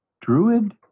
Druid